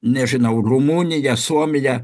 nežinau rumuniją suomiją